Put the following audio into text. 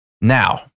Now